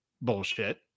bullshit